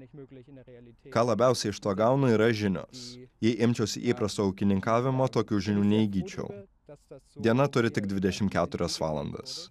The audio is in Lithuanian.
reikmių pliki nerealiai ką labiausiai iš to gaunu yra žinios jei imčiausi įprasto ūkininkavimo tokių žinių neįgyčiau tęstas diena turi tik dvidešimt keturias valandas